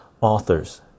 Authors